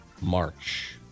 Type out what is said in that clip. March